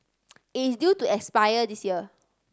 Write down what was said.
it is due to expire this year